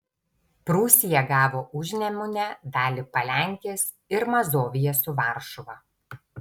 prūsija gavo užnemunę dalį palenkės ir mazoviją su varšuva